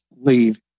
leave